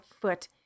foot